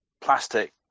plastic